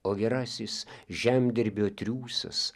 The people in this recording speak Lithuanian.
o gerasis žemdirbio triūsas